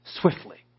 swiftly